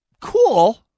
cool